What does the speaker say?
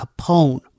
Capone